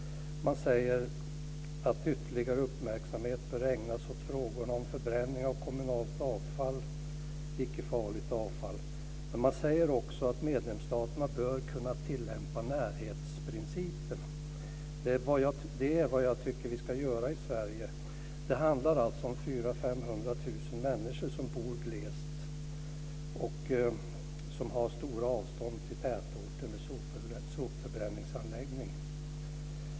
Man säger att ytterligare uppmärksamhet bör ägnas åt frågor om förbränning av kommunalt avfall, icke farligt avfall. Men man säger också att medlemsstaterna bör kunna tilllämpa närhetsprincipen. Det är vad jag tycker att vi ska göra i Sverige. Det handlar alltså om 400 000 500 000 människor som bor glest och som har stora avstånd till tätorten med sopförbränningsanläggning.